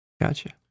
gotcha